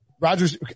Rodgers